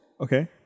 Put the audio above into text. Okay